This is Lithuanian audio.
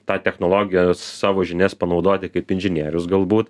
tą technologiją savo žinias panaudoti kaip inžinierius galbūt